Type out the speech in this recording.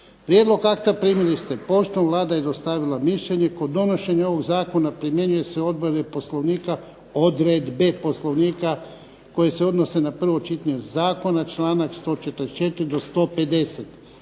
Prijedlog akta primili ste poštom. Vlada je dostavila mišljenje. Kod donošenja ovog zakona primjenjuju se odredbe Poslovnika koje se odnose na prvo čitanje zakona, članak 144. do 150.